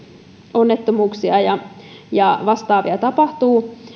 onnettomuuksia ja ja vastaavia tapahtuu